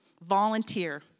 Volunteer